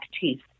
teeth